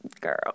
Girl